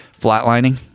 flatlining